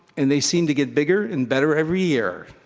and they seem to get bigger and better every year,